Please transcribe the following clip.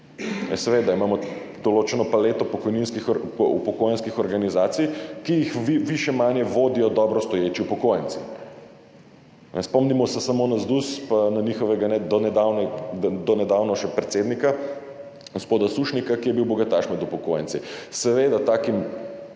Seveda, imamo določeno paleto upokojenskih organizacij, ki jih više manje vodijo dobro stoječi upokojenci. Spomnimo se samo na ZDUS pa na njihovega do nedavnega še predsednika gospoda Sušnika, ki je bil bogataš med upokojenci. Seveda takim